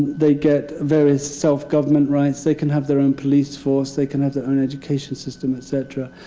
they get various self-government rights. they can have their own police force, they can have their own education system, et cetera.